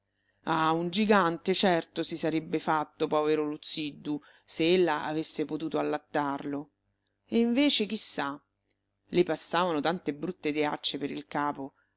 ah un gigante certo si sarebbe fatto povero luzziddu se ella avesse potuto allattarlo e invece chi sa le passavano tante brutte ideacce per il capo